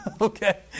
Okay